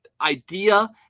idea